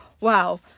Wow